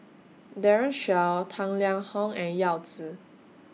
Daren Shiau Tang Liang Hong and Yao Zi